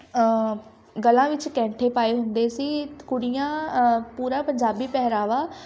ਗਲਾਂ ਵਿੱਚ ਕੈਂਠੇ ਪਾਏ ਹੁੰਦੇ ਸੀ ਕੁੜੀਆਂ ਪੂਰਾ ਪੰਜਾਬੀ ਪਹਿਰਾਵਾ